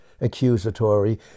accusatory